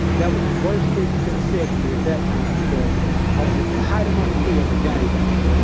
that was the worst thing he could have said to me at that time because i was at the height of my career as a gangbanger.